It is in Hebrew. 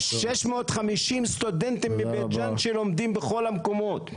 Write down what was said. יש 650 סטודנטים מבית ג'אן שלומדים בכל המקומות.